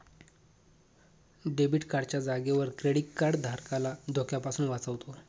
debit card च्या जागेवर credit card धारकाला धोक्यापासून वाचवतो